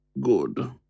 Good